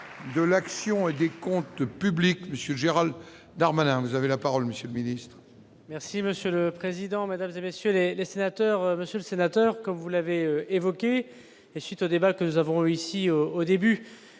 De l'action et des Comptes publics monsieur Gérald Darmanin vous avez la parole Monsieur le Ministre. Merci monsieur le président, Mesdames et messieurs les les sénateurs, monsieur le sénateur, comme vous l'avez évoqué et suite débat que nous avons ici au début